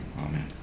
amen